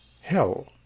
hell